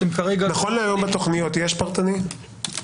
נכון להיום בתוכניות יש פרטני?